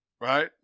Right